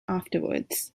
afterwards